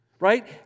Right